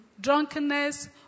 drunkenness